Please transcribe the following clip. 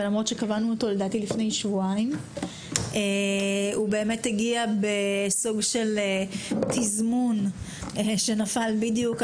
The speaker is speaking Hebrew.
למרות שקבענו אותו לדעתי לפני שבועיים הוא הגיע בתזמון שנפל על